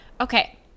Okay